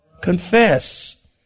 Confess